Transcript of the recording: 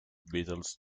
beetles